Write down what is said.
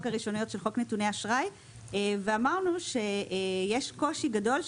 הראשוניות של חוק נתוני אשראי ואמרנו שיש קושי גדול,